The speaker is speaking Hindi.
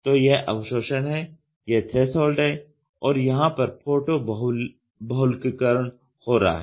तो यह अवशोषण है यह थ्रेसहोल्ड है और यहां पर फोटो बहुलककरण हो रहा है